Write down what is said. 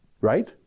Right